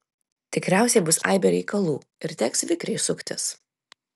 tikriausiai bus aibė reikalų ir teks vikriai suktis